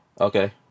Okay